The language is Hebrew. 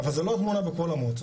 אבל זה לא התמונה בכל המועצות,